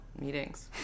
meetings